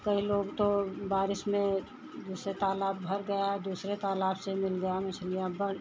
कई लोग तो बारिश में जैसे तालाब भर गया दूसरे तालाब से मिल गया मछलियाँ बह